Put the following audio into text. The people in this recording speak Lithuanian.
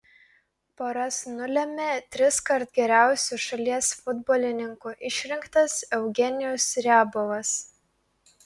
poras nulėmė triskart geriausiu šalies futbolininku išrinktas eugenijus riabovas